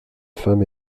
femme